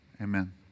Amen